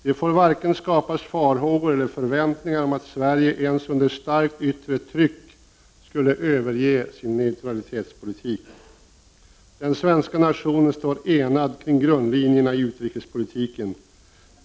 Det får varken skapas farhågor eller förväntningar om att Sverige ens under starkt yttre tryck skulle överge sin neutralitetspolitik. Den svenska nationen står enad kring grundlinjerna i utrikespolitiken.